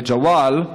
לג'וואל,